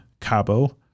Cabo